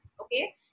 Okay